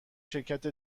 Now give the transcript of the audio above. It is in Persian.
شرکت